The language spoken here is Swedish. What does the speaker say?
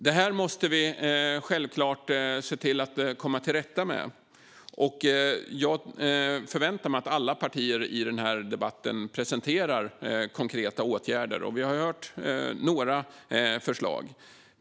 Det här måste vi självklart se till att komma till rätta med, och jag förväntar mig att alla partier i den här debatten presenterar konkreta åtgärder. Vi har ju hört några förslag.